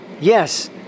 yes